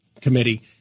committee